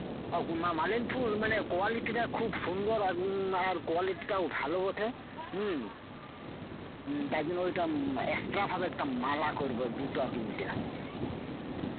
মালিনী ফুল মানে কোয়ালিটিটা খুব সুন্দর আর আর কোয়ালিটিটাও ভালো বটে হুম তাই জন্যে ওইটা একটা ভাবে একটাই মালা করবো দুটা তিনটা